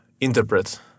interpret